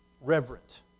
reverent